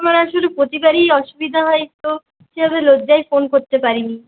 আমার আসলে প্রতিবারই অসুবিধা হয় তো যে আমি লজ্জায় ফোন করতে পারিনি